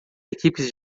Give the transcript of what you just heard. equipes